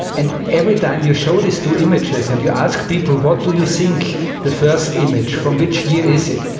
and every time you show these two images and you ask people, what do you think of the first image, from which year is it?